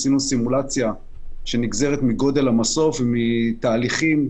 עשינו סימולציה שנגזרת מגודל המסוף ומתהליכים.